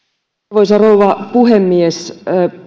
arvoisa rouva puhemies